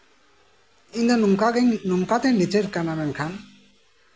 ᱤᱧ ᱫᱚ ᱱᱚᱝᱠᱟ ᱛᱤᱧ ᱞᱤᱪᱟᱹᱲ ᱠᱟᱱᱟ ᱢᱮᱱᱠᱷᱟᱱ